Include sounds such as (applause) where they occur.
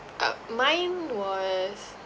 (noise) ah mine was